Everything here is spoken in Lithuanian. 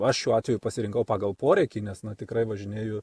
aš šiuo atveju pasirinkau pagal poreikį nes na tikrai važinėju